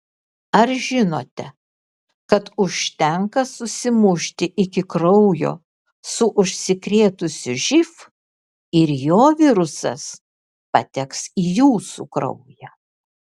ar žinote kad užtenka susimušti iki kraujo su užsikrėtusiu živ ir jo virusas pateks į jūsų kraują